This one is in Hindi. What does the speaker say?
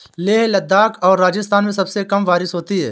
लेह लद्दाख और राजस्थान में सबसे कम बारिश होती है